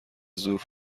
زور